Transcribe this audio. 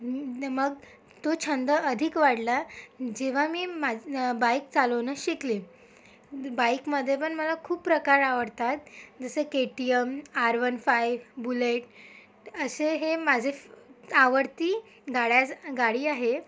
मग तो छंद अधिक वाढला जेव्हा मी मा बाईक चालवणं शिकले बाईकमध्ये पण मला खूप प्रकार आवडतात जसं KTM R one five Bullet असे हे माझे आवडती गाड्याज गाडी आहे